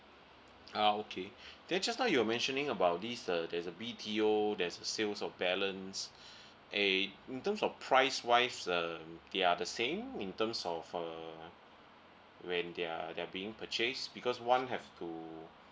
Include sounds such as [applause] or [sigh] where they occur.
ah okay [breath] then just now you're mentioning about this uh there is a B_T_O there's a sales of balance [breath] eh in terms of price wise um they are the same in terms of uh when they are they are being purchased because one have to